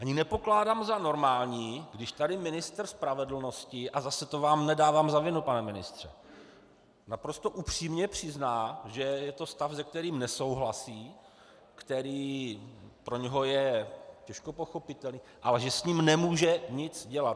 Ani nepokládám za normální, když tady ministr spravedlnosti a zase, to vám nedávám za vinu, pane ministře naprosto upřímně přizná, že je to stav, se kterým nesouhlasí, který pro něho je těžko pochopitelný, ale že s ním nemůže nic dělat.